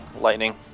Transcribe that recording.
Lightning